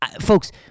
Folks